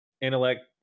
intellect